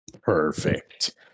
Perfect